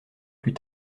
plus